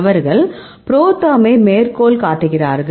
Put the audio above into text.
அவர்கள் ProTherm ஐ மேற்கோள் காட்டுகிறார்கள்